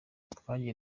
twagiye